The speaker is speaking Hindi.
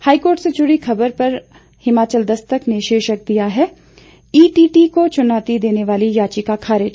हाईकोर्ट से जुड़ी खबर को हिमाचल दस्तक ने शीर्षक दिया है ईटीटी को चुनौती देने वाली याचिका खारिज